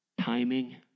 timing